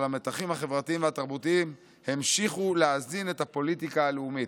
אבל המתחים החברתיים והתרבותיים המשיכו להזין את הפוליטיקה הלאומית.